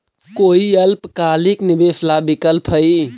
कोई अल्पकालिक निवेश ला विकल्प हई?